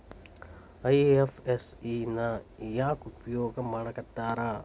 IFSC ನ ಯಾಕ್ ಉಪಯೊಗ್ ಮಾಡಾಕತ್ತಾರ?